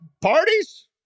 Parties